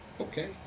Okay